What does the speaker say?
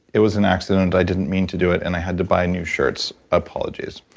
it was an accident. i didn't mean to do it and i had to buy new shirts. apologies.